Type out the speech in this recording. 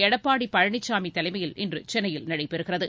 எடப்பாடி பழனிசாமி தலைமையில் இன்று சென்னையில் நடைபெறுகிறது